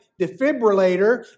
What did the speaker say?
defibrillator